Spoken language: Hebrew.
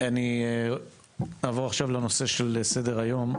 נעבור לנושא שעל סדר-היום.